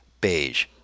Beige